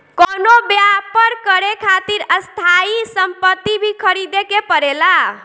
कवनो व्यापर करे खातिर स्थायी सम्पति भी ख़रीदे के पड़ेला